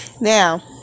now